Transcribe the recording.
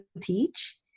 teach